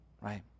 Right